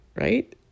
right